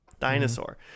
dinosaur